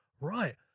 right